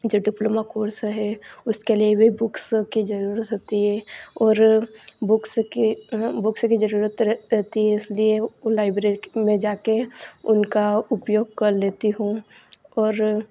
जो diploma course हैं उसके लिए यह भी बुक्स की ज़रूरत होती है और बुक्स के बुक्स की ज़रूरत रह रहती है इसलिए वह लाइब्रेरी के में जा कर उनका उपयोग कर लेती हूँ और